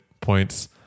points